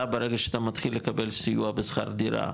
אתה ברגע שאתה מתחיל לקבל סיוע בשכר דירה,